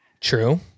True